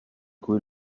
quei